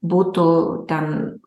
būtų ten